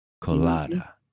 Colada